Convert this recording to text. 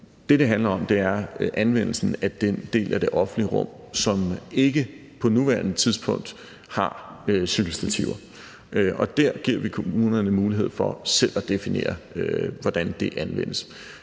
Det, det handler om, er anvendelsen af den del af det offentlige rum, som ikke på nuværende tidspunkt har cykelstativer, og der giver vi kommunerne mulighed for selv at definere, hvordan det anvendes.